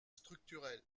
structurels